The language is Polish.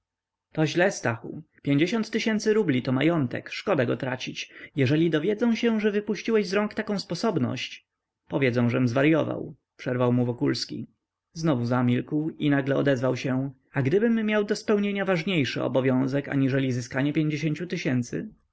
to źle stachu piędziesiąt tysięcy rubli to majątek szkoda go tracić jeżeli dowiedzą się że wypuściłeś z rąk taką sposobność powiedzą żem zwaryował przerwał mu wokulski znowu zamilkł i nagle odezwał się a gdybym miał do spełnienia ważniejszy obowiązek aniżeli zyskanie pięćdziesięciu tysięcy